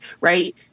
right